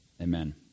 Amen